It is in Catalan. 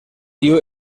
diu